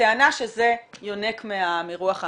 בטענה שזה יונק מרוח האמנה.